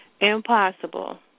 impossible